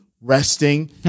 resting